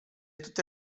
tutte